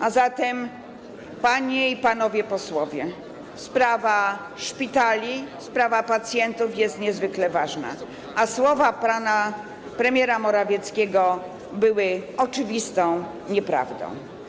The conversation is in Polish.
A zatem, panie i panowie posłowie, sprawa szpitali, sprawa pacjentów jest niezwykle ważna, a słowa pana premiera Morawieckiego były oczywistą nieprawdą.